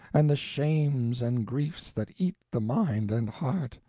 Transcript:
and the shames and griefs that eat the mind and heart.